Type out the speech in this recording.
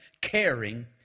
caring